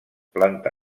planta